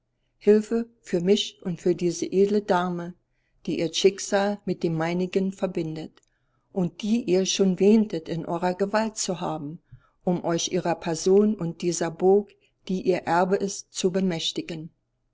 hilfe für mich und für diese edle dame die ihr schicksal mit dem meinigen verbindet und die ihr schon wähntet in eurer gewalt zu haben um euch ihrer person und dieser burg die ihr erbe ist zu bemächtigen